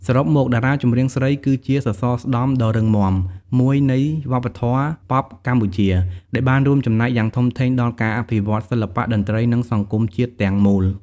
សរុបមក តារាចម្រៀងស្រីគឺជា សសរស្តម្ភដ៏រឹងមាំ មួយនៃវប្បធម៌ប៉ុបកម្ពុជា ដែលបានរួមចំណែកយ៉ាងធំធេងដល់ការអភិវឌ្ឍន៍សិល្បៈ តន្ត្រី និងសង្គមជាតិទាំងមូល។